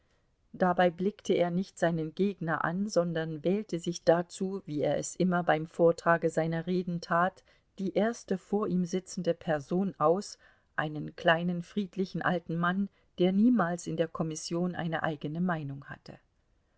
dabei blickte er nicht seinen gegner an sondern wählte sich dazu wie er es immer beim vortrage seiner reden tat die erste vor ihm sitzende person aus einen kleinen friedlichen alten mann der niemals in der kommission eine eigene meinung hatte